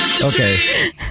Okay